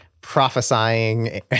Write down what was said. prophesying